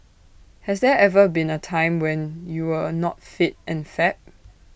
has there ever been A time when you were A not fit and fab